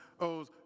owes